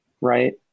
right